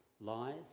lies